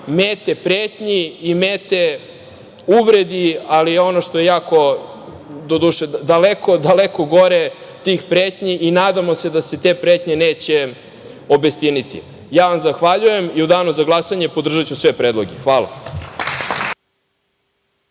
mete pretnji i mete uvreda, ali ono što jako, doduše, daleko, daleko gore od tih pretnji i nadamo se da se te pretnje neće obistiniti. Ja vam zahvaljujem i u danu za glasanje podržaću sve predloge. Hvala.